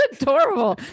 adorable